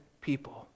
people